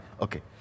Okay